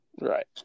right